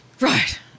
right